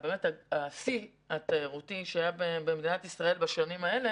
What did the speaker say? השיא התיירותי שהיה במדינת ישראל בשנים האלה